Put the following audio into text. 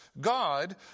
God